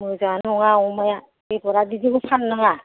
मोजाङानो नङा अमाया बेदरआ बिदिखौ फाननो नाङा